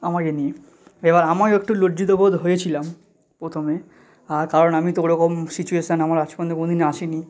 আমাকে নিয়ে এবার আমার একটু লজ্জিত বোধ হয়েছিলাম প্রথমে কারণ আমি তো ওরকম সিচুয়েশান আমার আজ পর্যন্ত কোনো দিন আসে নি